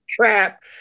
trap